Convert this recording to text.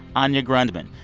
anya grundmann.